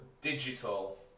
digital